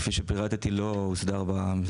כפי שפירטתי, לא הוסדר במסגרת הרפורמה.